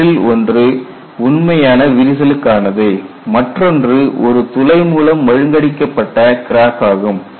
இவற்றில் ஒன்று உண்மையான விரிசலுக்கானது மற்றொன்று ஒரு துளை மூலம் மழுங்கடிக்கப் பட்ட கிராக் ஆகும்